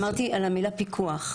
אמרתי על המילה פיקוח,